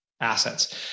assets